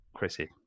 Chrissy